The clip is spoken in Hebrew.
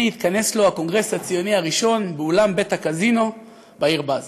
הנה התכנס לו הקונגרס הציוני הראשון באולם בית-הקזינו בעיר באזל.